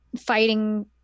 fighting